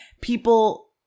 people